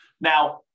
Now